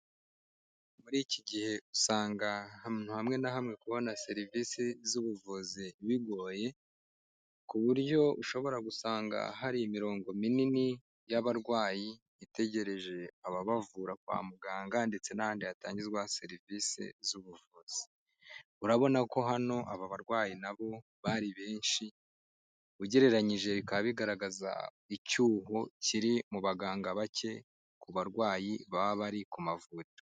Muri iki gihe usanga ahantu hamwe na hamwe kubona serivisi z'ubuvuzi bigoye ku buryo ushobora gusanga hari imirongo minini y'abarwayi itegereje ababavura kwa muganga ndetse n'ahandi hatangirwa serivise z'ubuvuzi, urabona ko hano abarwayi nabo bari benshi, ugereranyije bikaba bigaragaza icyuho kiri mu baganga bake ku barwayi baba bari ku mavuriro.